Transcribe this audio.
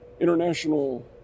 international